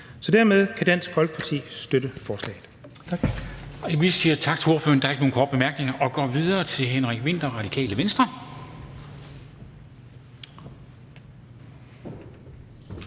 Så dermed kan Dansk Folkeparti støtte forslaget.